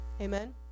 Amen